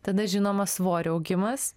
tada žinoma svorio augimas